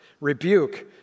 rebuke